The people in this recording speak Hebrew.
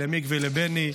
למיק ולבני,